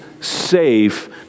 safe